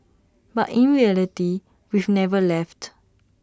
but in reality we've never left